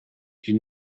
you